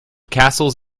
castles